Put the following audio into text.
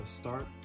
start